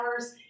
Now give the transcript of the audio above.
hours